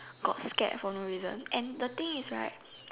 got scared for no reason and the thing is right